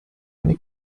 eine